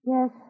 Yes